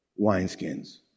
wineskins